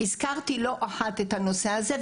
הזכרתי לא אחת את הנושא הזה.